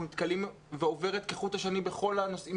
נתקלים בה והיא עוברת כחוט השני בכל הנושאים